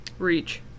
reach